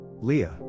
Leah